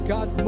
God